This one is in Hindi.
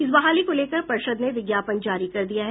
इस बहाली को लेकर पर्षद ने विज्ञापन जारी कर दिया है